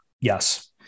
Yes